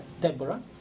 Deborah